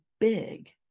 big